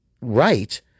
right